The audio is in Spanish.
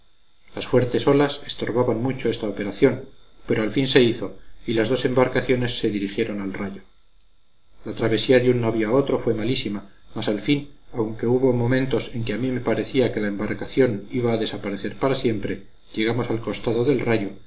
las fuertes olas estorbaban mucho esta operación pero al fin se hizo y las dos embarcaciones se dirigieron al rayo la travesía de un navío a otro fue malísima mas al fin aunque hubo momentos en que a mí me parecía que la embarcación iba a desaparecer para siempre llegamos al costado del rayo